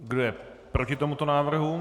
Kdo je proti tomuto návrhu?